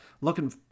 looking